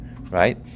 right